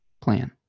plan